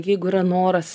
jeigu yra noras